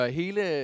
hele